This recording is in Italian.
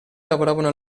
lavoravano